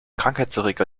krankheitserreger